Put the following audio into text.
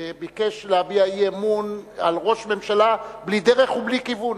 ביקש להביע אי-אמון בראש ממשלה בלי דרך ובלי כיוון.